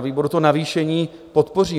výboru to navýšení podpoříme.